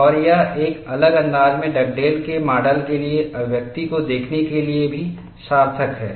और यह एक अलग अंदाज़ में डगडेल के माडल के लिए अभिव्यक्ति को देखने के लिए भी सार्थक है